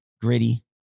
gritty